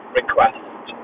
request